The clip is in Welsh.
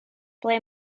ble